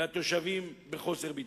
והתושבים, בחוסר ביטחון.